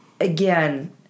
again